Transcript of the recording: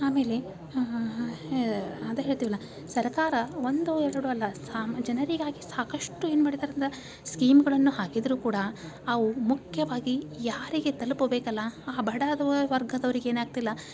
ಆಮೇಲೆ ಅಂತ ಹೇಳ್ತೇವಲ್ಲ ಸರಕಾರ ಒಂದು ಎರಡು ಅಲ್ಲ ಸಾಮ ಜನರಿಗಾಗಿ ಸಾಕಷ್ಟು ಏನು ಮಾಡಿದಾರೆ ಅಂದ್ರೆ ಸ್ಕೀಮ್ಗಳನ್ನು ಹಾಕಿದ್ದರೂ ಕೂಡ ಅವು ಮುಖ್ಯವಾಗಿ ಯಾರಿಗೆ ತಲುಪಬೇಕಲ್ಲ ಆ ಬಡ ವರ್ಗದವ್ರಿಗೆ ಏನಾಗ್ತಿಲ್ಲ